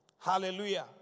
Hallelujah